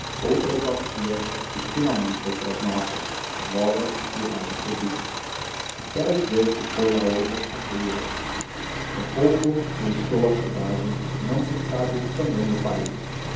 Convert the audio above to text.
outras bacias e finalmente outras notas esmolas de piedade feliz quero dizer que foi a outras carreiras com pouco deixou a cidade e não se sabe se também o país